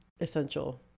essential